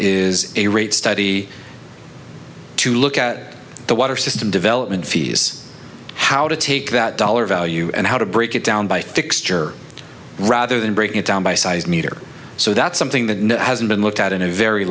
is a rate study to look at the water system development fees how to take that dollar value and how to break it down by fixture rather than break it down by size meter so that's something that no hasn't been looked at in a very